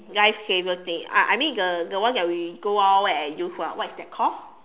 life saver thing uh I mean the the one that we go wild wild wet and use [one] what is that called